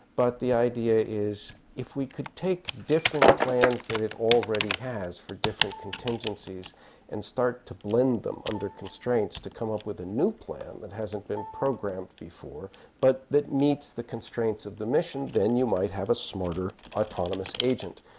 but the idea is if we could take different plans that it already has for different contingencies and start to blend them under constraints to come up with a new plan that hasn't been programmed before but that meets the constraints of the mission, then you might have a smarter autonomous agent.